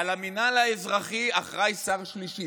על המינהל האזרחי אחראי שר שלישי,